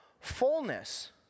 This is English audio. fullness